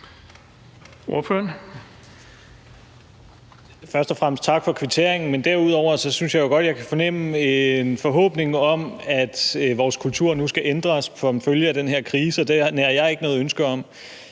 Først og fremmest tak for kvitteringen. Men derudover synes jeg jo godt, jeg kan fornemme en forhåbning om, at vores kultur nu skal ændres som følge af den her krise. Det nærer jeg ikke noget ønske om.